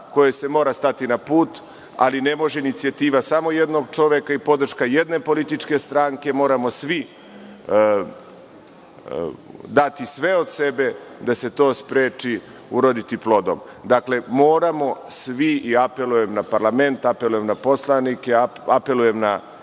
kojoj se mora stati na put, ali ne može inicijativa samo jednog čoveka i podrška jedne političke stranke, moramo svi dati sve od sebe da se to spreči, uroditi plodom. Moramo svi i apelujem na parlament, na poslanike, na